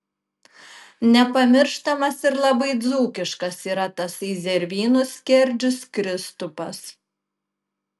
nepamirštamas ir labai dzūkiškas yra tasai zervynų skerdžius kristupas